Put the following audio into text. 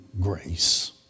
grace